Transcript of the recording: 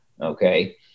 okay